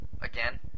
Again